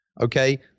Okay